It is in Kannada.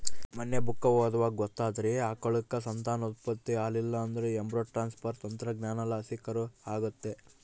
ಮನ್ನೆ ಬುಕ್ಕ ಓದ್ವಾಗ ಗೊತ್ತಾತಿ, ಆಕಳುಕ್ಕ ಸಂತಾನೋತ್ಪತ್ತಿ ಆಲಿಲ್ಲುದ್ರ ಎಂಬ್ರೋ ಟ್ರಾನ್ಸ್ಪರ್ ತಂತ್ರಜ್ಞಾನಲಾಸಿ ಕರು ಆಗತ್ತೆ